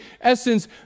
essence